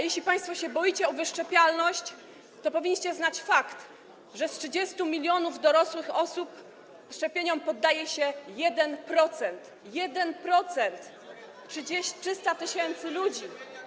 Jeśli państwo boicie się o wyszczepialność, to powinniście znać fakt, że z 30 mln dorosłych osób szczepieniom poddaje się 1%. 1%, 300 tys. ludzi.